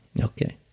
Okay